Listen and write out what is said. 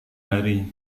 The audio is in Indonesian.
hari